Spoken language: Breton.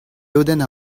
lodenn